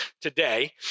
today